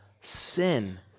sin